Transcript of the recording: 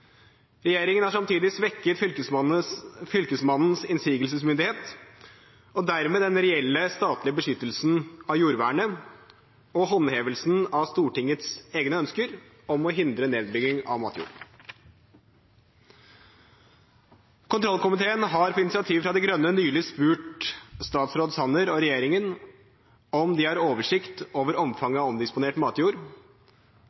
Regjeringen har samtidig svekket Fylkesmannens innsigelsesmyndighet og dermed den reelle statlige beskyttelsen av jordvernet og håndhevelsen av Stortingets egne ønsker om å hindre nedbygging av matjord. Kontrollkomiteen har på initiativ fra De Grønne nylig spurt statsråd Sanner og regjeringen om de har oversikt over omfanget